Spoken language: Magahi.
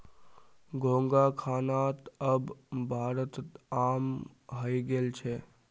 घोंघा खाना त अब भारतत आम हइ गेल छ